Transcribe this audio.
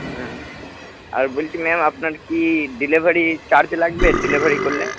হুম আর বলছি ম্যাম আপনার কি ডেলিভারি চার্জ লাগবে ডেলিভারি করলে